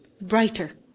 brighter